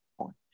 point